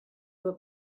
were